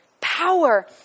power